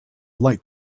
light